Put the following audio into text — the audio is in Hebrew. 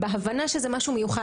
בהבנה שזה משהו מיוחד.